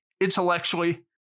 intellectually